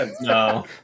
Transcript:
no